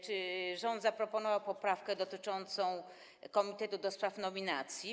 Czy rząd zaproponował poprawkę dotyczącą komitetu do spraw nominacji?